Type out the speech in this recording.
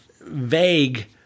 vague